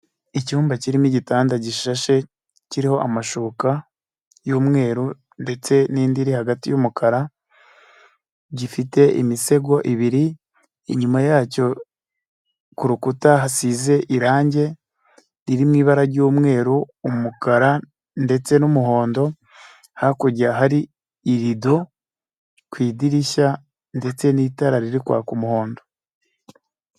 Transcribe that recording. Icyumba kirimo igitanda gishashe kiriho amashuka y'umweru ndetse n'indi iri hagati y'umukara, gifite imisego ibiri, inyuma yacyo ku rukuta hasize irangi riri mu ibara ry'umweru, umukara ndetse n'umuhondo, hakurya hari irido ku idirishya ndetse n'itara ririkwaka umuhondo.